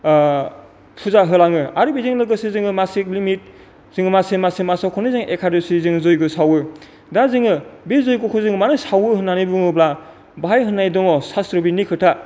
फुजा होलाङो आरो बेजों लोगोसे जोङो मासिक लिमिट जोङो मासे मासे मासाव खननै जोङो एखादसि जों जग्य' सावो दा जोङो बे जग्य'खौ जों मानो सावो होननानै बुङोब्ला बेवहाय होननाय दङ सास्त्र'बिदनि खोथा